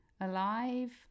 alive